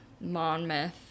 Monmouth